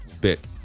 bit